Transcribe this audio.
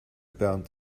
bernd